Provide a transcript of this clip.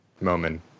moment